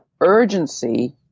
urgency